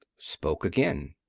spoke again.